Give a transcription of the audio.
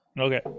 Okay